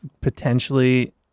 potentially